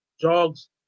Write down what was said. jogs